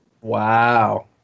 Wow